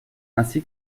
ainsi